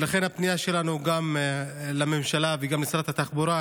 ולכן הפנייה שלנו היא גם לממשלה וגם לשרת התחבורה: